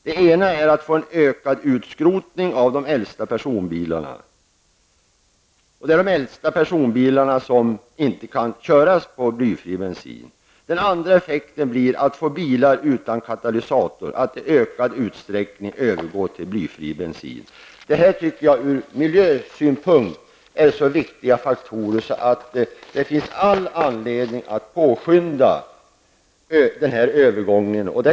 Den ena är en ökad utskrotning av de äldsta personbilarna. Det är dessa som inte kan köras på blyfri bensin. Den andra är att vi skulle få bilar utan katalysator att i ökad utsträckning övergå till blyfri bensin. Det här tycker jag ur miljösynpunkt är så viktiga faktorer, att det finns all anledning att påskynda övergången.